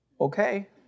okay